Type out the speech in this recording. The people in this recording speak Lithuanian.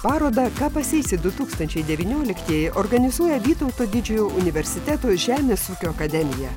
parodą ką pasėsi dū tūkstančiai devynioliktieji organizuoja vytauto didžiojo universiteto žemės ūkio akademija